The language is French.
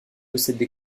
possèdent